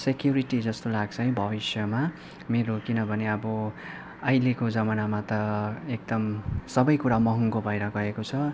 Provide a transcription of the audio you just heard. security जस्तो लाग्छ भविष्यमा मेरो किनभने अब अहिलेको जमानामा त एकदम सबै कुरा महँगो भएर गएको छ